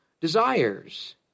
desires